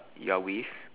you're with